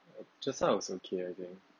just now I was okay I think